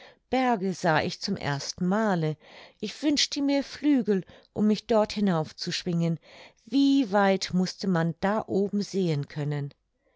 berge sah ich zum ersten male ich wünschte mir flügel um mich dort hinauf zu schwingen wie weit mußte man da oben sehen können